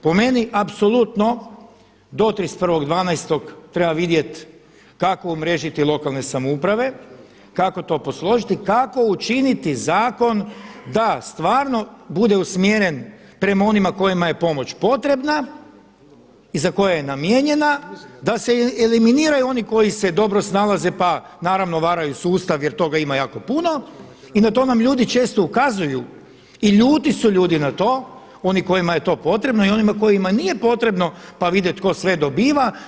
Po meni apsolutno do 31.12. treba vidjet kako umrežiti lokalne samouprave, kako to posložiti, kako učiniti zakon da stvarno bude usmjeren prema onima kojima je pomoć potrebna i za koje je namijenjena, da se eliminiraju oni koji se dobro snalaze pa naravno varaju sustav jer toga ima jako puno i na to nam ljudi često ukazuju i ljuti su ljudi na to oni kojima je to potrebno i onima kojima nije potrebno pa vide tko sve dobiva.